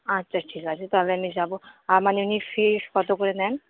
আচ্ছা ঠিক আছে তাহলে আমি যাব আর মানে এমনি ফিজ কত করে নেন